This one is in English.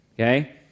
okay